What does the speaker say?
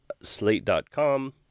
slate.com